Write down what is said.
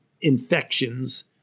infections